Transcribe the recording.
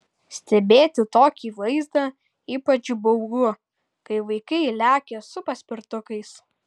stebėti tokį vaizdą ypač baugu kai vaikai lekia su paspirtukais